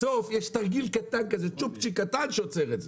בסוף יש תרגיל קטן, צ'ופצ'יק קטן שעוצר את זה.